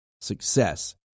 success